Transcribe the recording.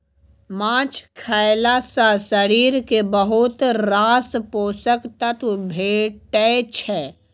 माछ खएला सँ शरीर केँ बहुत रास पोषक तत्व भेटै छै